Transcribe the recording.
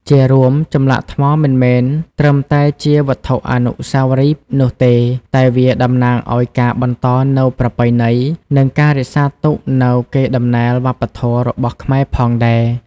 ជារួមចម្លាក់ថ្មមិនមែនត្រឹមតែជាវត្ថុអនុស្សាវរីយ៍នោះទេ តែវាតំណាងឱ្យការបន្តនូវប្រពៃណី និងការរក្សាទុកនូវកេរ្តិ៍ដំណែលវប្បធម៌ របស់ខ្មែរផងដែរ។